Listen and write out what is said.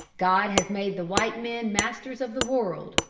god has made the white men masters of the world.